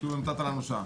כאילו שנתת לנו שעה.